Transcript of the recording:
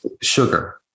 sugar